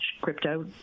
crypto